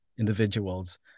Individuals